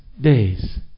days